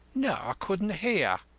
no i couldn't hear.